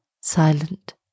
silent